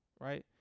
Right